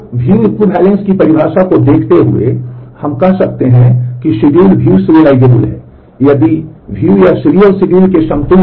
अब हम view serializability सच नहीं है